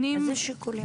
איזה שיקולים?